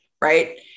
right